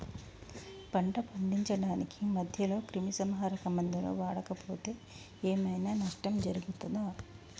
పంట పండించడానికి మధ్యలో క్రిమిసంహరక మందులు వాడకపోతే ఏం ఐనా నష్టం జరుగుతదా?